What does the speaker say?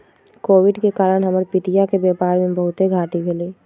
Covid के कारण हमर पितिया के व्यापार में बहुते घाट्टी भेलइ